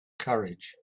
courage